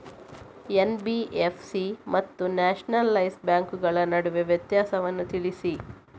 NBFC ಮತ್ತು nationalise ಬ್ಯಾಂಕುಗಳ ನಡುವಿನ ವ್ಯತ್ಯಾಸವನ್ನು ತಿಳಿಸಿ?